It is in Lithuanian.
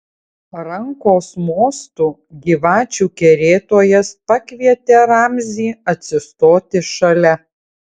rankos mostu gyvačių kerėtojas pakvietė ramzį atsistoti šalia